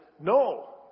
No